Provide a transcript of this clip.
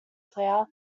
player